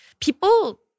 People